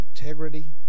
integrity